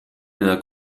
nella